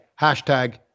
Hashtag